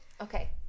Okay